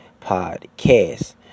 Podcast